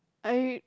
I